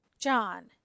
John